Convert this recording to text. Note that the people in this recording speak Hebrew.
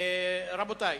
רבותי,